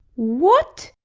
what!